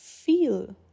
Feel